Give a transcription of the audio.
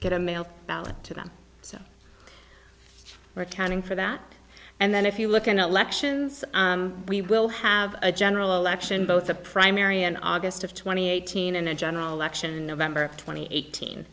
get a mail ballot to them so we're counting for that and then if you look at elections we will have a general election both a primary in august of twenty eighteen in a general election in november twenty eight